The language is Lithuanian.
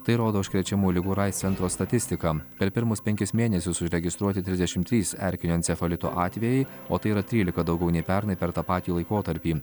tai rodo užkrečiamųjų ligų ir aids centro statistika per pirmus penkis mėnesius užregistruoti trisdeši trys erkinio encefalito atvejai o tai yra trylika daugiau nei pernai per tą patį laikotarpį